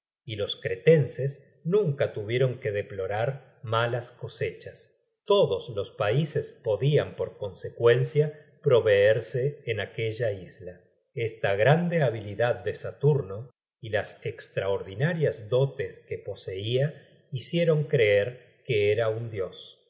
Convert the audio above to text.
y los cretenses nunca tuvieron que deplorar malas cosechas todos los paises podian por consecuencia proveerse en aquella isla esta grande habilidad de saturno y las estraordinarias dotes que poseia hicieron creer que era un dios